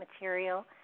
material